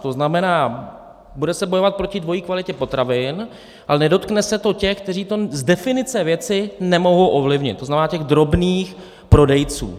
To znamená, bude se bojovat proti dvojí kvalitě potravin, ale nedotkne se to těch, kteří to z definice věci nemohou ovlivnit, to znamená těch drobných prodejců.